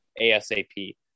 ASAP